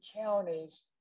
counties